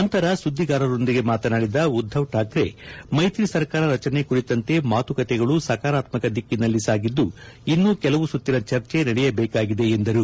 ನಂತರ ಸುದ್ದಿಗಾರರೊಂದಿಗೆ ಮಾತನಾಡಿದ ಉದ್ದವ್ ಠಾಕ್ರೆ ಮೈತ್ರಿ ಸರ್ಕಾರ ರಚನೆ ಕುರಿತಂತೆ ಮಾತುಕತೆಗಳು ಸಕಾರಾತ್ಮಕ ದಿಕ್ಕಿನಲ್ಲಿ ಸಾಗಿದ್ದು ಇನ್ನೂ ಕೆಲವು ಸುತ್ತಿನ ಚರ್ಚೆ ನಡೆಯಬೇಕಾಗಿದೆ ಎಂದರು